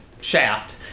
shaft